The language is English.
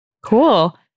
Cool